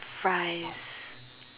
fries